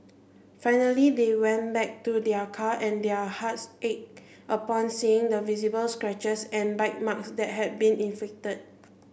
finally they went back to their car and their hearts ached upon seeing the visible scratches and bite marks that had been inflicted